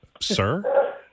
sir